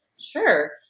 Sure